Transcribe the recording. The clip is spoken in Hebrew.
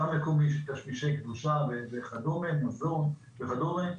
מקומי של תשמישי קדושה ומזון וכדומה.